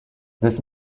this